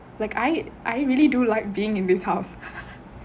like I I really do like being in this house